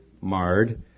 marred